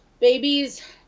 babies